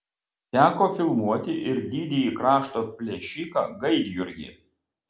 teko filmuoti ir didįjį krašto plėšiką gaidjurgį